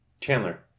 Chandler